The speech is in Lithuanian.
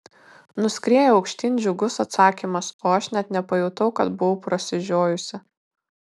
nuskrieja aukštyn džiugus atsakymas o aš net nepajutau kad buvau prasižiojusi